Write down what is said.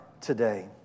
today